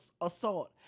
assault